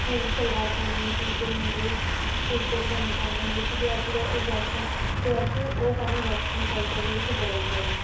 suit salwar ਪਾਉਂਦੀਆਂ ਸੀ ਅਤੇ ਮੁੰਡੇ ਕੁੜਤੇ ਪਜਾਮੇ ਪਾਉਂਦੇ ਹੁੰਦੇ ਸੀ ਅਤੇ ਅੱਜ ਦਾ ਉਹ ਵੈਸਟਰਨ ਅਤੇ ਅੱਜ ਉਹ ਟਾਈਮ ਵੈਸਟਰਨ ਕਲਚਰ ਦੇ ਵਿੱਚ ਬਦਲ ਗਿਆ